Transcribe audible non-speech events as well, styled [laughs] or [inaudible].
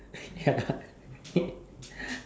and ya [laughs]